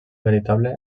veritable